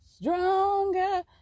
stronger